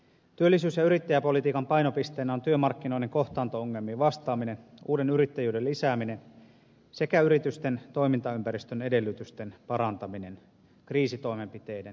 työllisyys ja yrittäjäpolitiikan painopisteenä on työmarkkinoiden kohtaanto ongelmiin vastaaminen uuden yrittäjyyden lisääminen sekä yritysten toimintaympäristön edellytysten parantaminen kriisitoimenpiteiden lisäksi